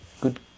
good